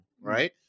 right